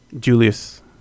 Julius